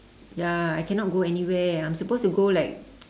ya I cannot go anywhere I'm supposed to go like